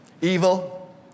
Evil